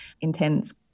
intense